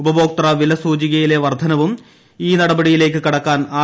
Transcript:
ഉപഭോക്തൃ വില സൂചികയിലെ വർദ്ധനവും ഈ നടപടിയിലേക്ക് കടക്കാൻ ആർ